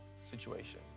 situation